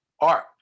art